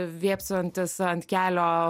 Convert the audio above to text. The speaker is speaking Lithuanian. vėpsantis ant kelio